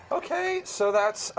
okay, so that's